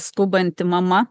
skubanti mama